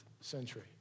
century